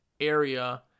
area